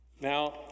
Now